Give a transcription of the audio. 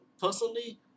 personally